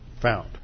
found